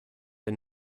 der